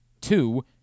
Two